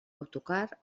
autocar